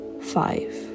five